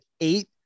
eight